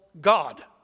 God